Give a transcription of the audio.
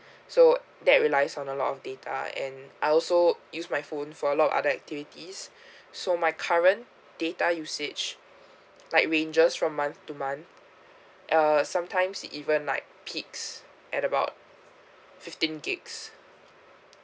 so that relies on a lot of data and I also use my phone for a lot of other activities so my current data usage like ranges from month to month uh sometimes even like peaks at about fifteen gigs